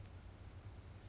你们每次出去吃 meh